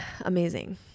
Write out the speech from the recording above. amazing